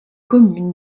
commune